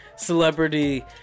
Celebrity